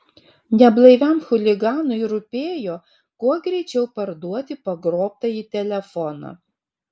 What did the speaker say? neblaiviam chuliganui rūpėjo kuo greičiau parduoti pagrobtąjį telefoną